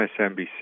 MSNBC